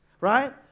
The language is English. right